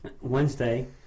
Wednesday